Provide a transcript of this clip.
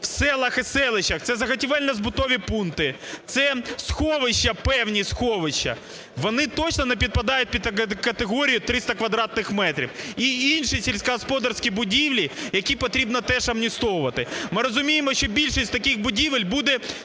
в селах і селищах - це заготівельні збутові пункти, це сховища, певні сховища, вони точно не підпадають під категорію 300 квадратних метрів, і інші сільськогосподарські будівлі, які потрібно теж амністовувати. Ми розуміємо, що більшість таких будівель на